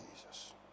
Jesus